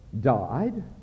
died